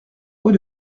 rue